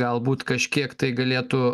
galbūt kažkiek tai galėtų